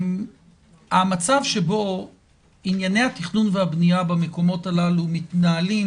המצב בו ענייני התכנון והבנייה במקומות הללו מתנהלים